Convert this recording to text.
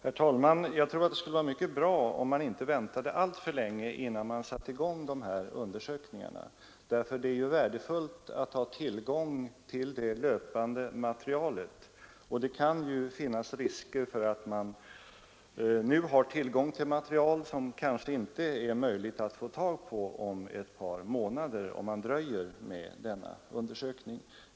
Herr talman! Jag tror att det skulle vara bra om man inte väntade alltför länge innan man satte i gång de här undersökningarna. Det är ju värdefullt att ha tillgång till det löpande materialet, och det kan finnas risker för att det material som man nu har tillgång till inte är möjligt att få tag på om ett par månader, om man dröjer med denna undersökning.